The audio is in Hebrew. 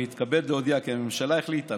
אני מתכבד להודיע כי הממשלה החליטה,